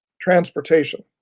transportation